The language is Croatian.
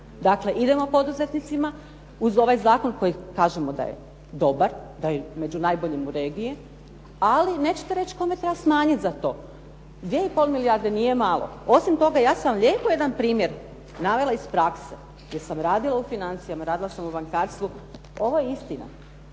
Dakle, idemo poduzetnicima uz ovaj zakon koji kažemo da je dobar, da je među najboljim u regiji. Ali nećete reći kome treba smanjiti za to. 2 i pol milijarde nije malo. Osim toga, ja sam vam lijepo jedan primjer navela iz prakse jer sam radila u financijama, radila sam u bankarstvu. Ovo je istina.